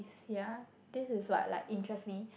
ya this is what like interest me